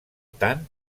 tant